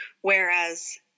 Whereas